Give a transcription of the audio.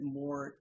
more